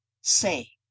Say